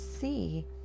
see